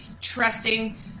trusting